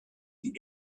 the